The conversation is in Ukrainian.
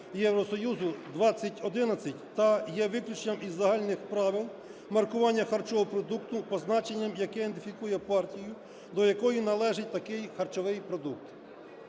Євросоюзу 2011 та є виключенням із загальних правил маркування харчового продукту позначенням, яке ідентифікує партію, до якої належить такий харчовий продукт.